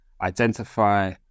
identify